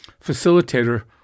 facilitator